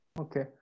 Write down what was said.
Okay